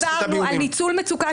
התרחיש שעכשיו דיברנו על ניצול מצוקה